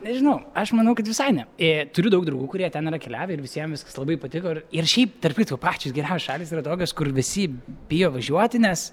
nežinau aš manau kad visai ne ė turiu daug draugų kurie ten yra keliavę ir visiem viskas labai patiko ir šiaip tarp kitko pačios geriausios šalys yra tokios kur visi bijo važiuoti nes